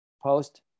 post